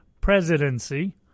presidency